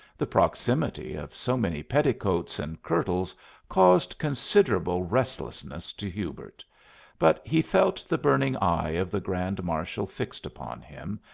the proximity of so many petticoats and kirtles caused considerable restlessness to hubert but he felt the burning eye of the grand marshal fixed upon him,